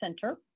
Center